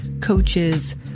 coaches